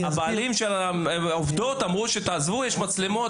הבעלים של העובדות אמרו לעזוב כי יש מצלמות,